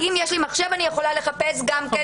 אם יש לי מחשב אני יכולה לחפש גם כן